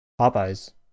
Popeye's